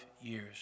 years